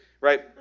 Right